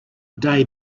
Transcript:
day